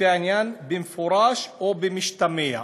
לפי העניין, במפורש או במשתמע"